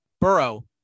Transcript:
Burrow